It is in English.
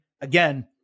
Again